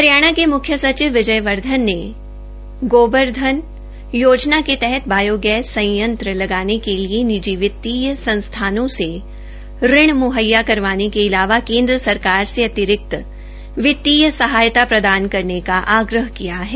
हरियाणा के मुख्य सचिव विजय वर्धन ने गोबरधन योजना के तहत बायोगैस संयंत्र लगाने के लिए निजी वित्तीय संसथानों से ऋण मुहैया करवाने के अलावा केन्द्र सरकार से अतिरिक्त वित्तीय सहायता प्रदान करने का आग्रह किया है